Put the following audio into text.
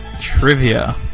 Trivia